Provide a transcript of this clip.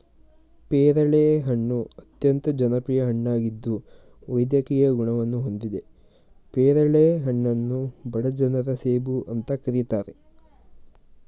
ಪೇರಳೆ ಹಣ್ಣು ಅತ್ಯಂತ ಜನಪ್ರಿಯ ಹಣ್ಣಾಗಿದ್ದು ವೈದ್ಯಕೀಯ ಗುಣವನ್ನು ಹೊಂದಿದೆ ಪೇರಳೆ ಹಣ್ಣನ್ನು ಬಡ ಜನರ ಸೇಬು ಅಂತ ಕರೀತಾರೆ